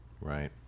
Right